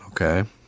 Okay